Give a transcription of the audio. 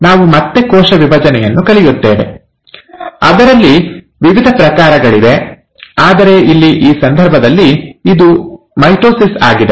ನಾವು ಮತ್ತೆ ಕೋಶ ವಿಭಜನೆಯನ್ನು ಕಲಿಯುತ್ತೇವೆ ಅದರಲ್ಲಿ ವಿವಿಧ ಪ್ರಕಾರಗಳಿವೆ ಆದರೆ ಇಲ್ಲಿ ಈ ಸಂದರ್ಭದಲ್ಲಿ ಇದು ಮೈಟೊಸಿಸ್ ಆಗಿದೆ